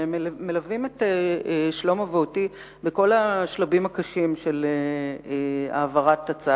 והם מלווים את שלמה ואותי בכל השלבים הקשים של העברת החוק,